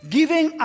Giving